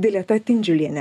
dileta tindžiulienė